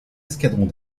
escadrons